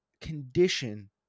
Condition